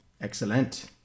Excellent